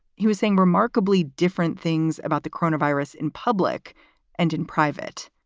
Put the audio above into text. he was saying remarkably different things about the croner virus in public and in private,